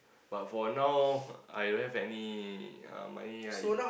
but for now I don't have any uh money I